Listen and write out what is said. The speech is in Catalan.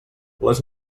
les